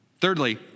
Thirdly